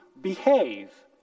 behave